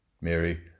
Mary